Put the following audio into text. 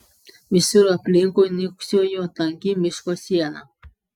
visur aplinkui niūksojo tanki miško siena